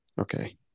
Okay